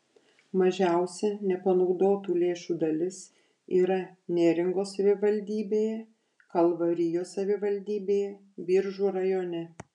mažiausia nepanaudotų lėšų dalis yra neringos savivaldybėje kalvarijos savivaldybėje biržų rajone